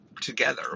together